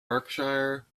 berkshire